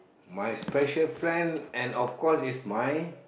my special friend and of course is my